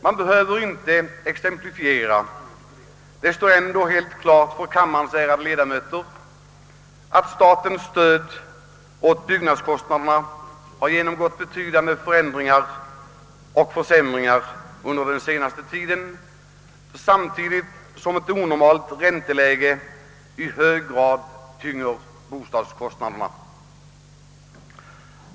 Jag behöver inte exemplifiera min framställning — saken står helt klar för kammarens ledamöter — när jag säger att det statliga stödet i fråga om bostadskostnaderna har undergått betydande försämringar den senaste tiden samtidigt som ett onormalt ränteläge i betydande grad tynger boendekostnaderna.